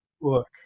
look